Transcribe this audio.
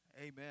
Amen